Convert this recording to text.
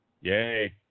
Yay